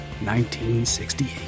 1968